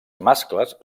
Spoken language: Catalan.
mascles